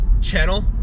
channel